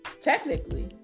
technically